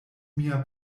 mia